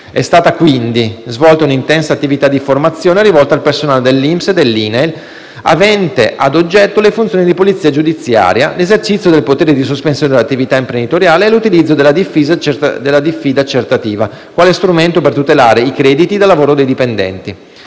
È stata quindi svolta un'intensa attività di formazione rivolta al personale dell'INPS e dell'INAIL avente a oggetto le funzioni di polizia giudiziaria, l'esercizio del potere di sospensione dell'attività imprenditoriale e l'utilizzo della diffida accertativa quale strumento per tutelare i crediti da lavoro dei dipendenti.